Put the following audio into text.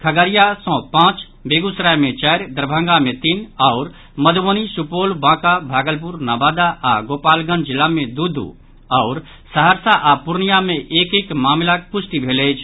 खगड़िया सँ पांच बेगूसराय मे चारि दरभंगा मे तीन आओर मधुबनी सुपौल बांका भागलपुर नवादा आ गोपालगंज जिला मे दू दू आओर सहरसा आ पूर्णिया मे एक एक मामिलाक पुष्टि भेल अछि